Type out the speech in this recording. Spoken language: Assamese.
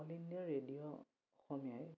অল ইণ্ডিয়া ৰেডিঅ' অসমীয়াই